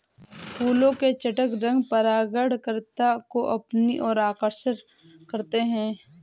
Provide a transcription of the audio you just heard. फूलों के चटक रंग परागणकर्ता को अपनी ओर आकर्षक करते हैं